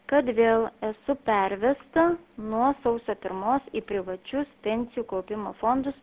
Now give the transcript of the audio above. kad vėl esu pervesta nuo sausio pirmos į privačius pensijų kaupimo fondus